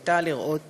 היה לראות